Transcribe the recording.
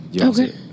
Okay